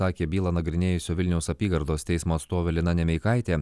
sakė bylą nagrinėjusio vilniaus apygardos teismo atstovė lina nemeikaitė